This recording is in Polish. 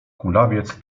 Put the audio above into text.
kulawiec